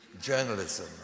Journalism